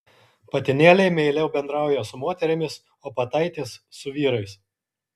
patinėliai meiliau bendrauja su moterimis o pataitės su vyrais